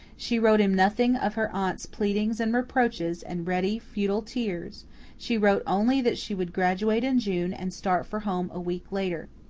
she wrote him nothing of her aunt's pleadings and reproaches and ready, futile tears she wrote only that she would graduate in june and start for home a week later.